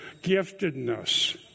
giftedness